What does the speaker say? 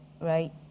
right